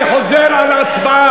רבותי, אני חוזר על ההצבעה.